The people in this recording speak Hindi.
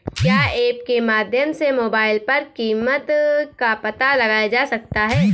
क्या ऐप के माध्यम से मोबाइल पर कीमत का पता लगाया जा सकता है?